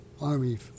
Army